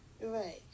Right